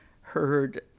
heard